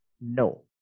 No